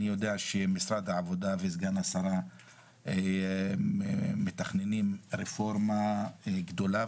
אני יודע שמשרד העבודה וסגן השרה מתכננים רפורמה גדולה,